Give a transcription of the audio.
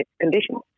conditions